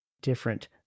different